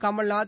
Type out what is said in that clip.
Kamal Nath